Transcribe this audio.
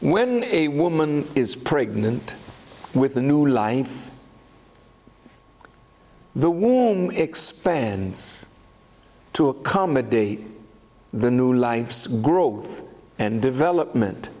when a woman is pregnant with a new life the womb expands to accommodate the new life's growth and development